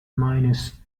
minus